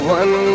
one